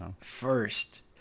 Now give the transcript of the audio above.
First